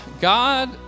God